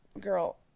girl